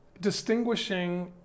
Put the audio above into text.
distinguishing